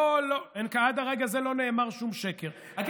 את כל השקרים שאתם אומרים.